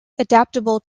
adaptable